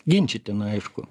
ginčytina aišku